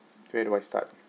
where do I start